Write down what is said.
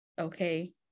Okay